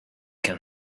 can